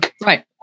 right